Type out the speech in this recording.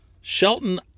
Shelton